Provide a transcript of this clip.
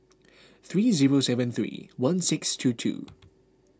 three zero seven three one six two two